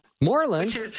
Moreland